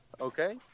okay